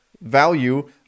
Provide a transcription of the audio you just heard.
value